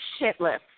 shitless